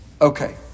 Okay